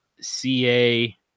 CA